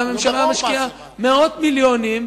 והממשלה משקיעה מאות מיליונים,